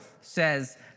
says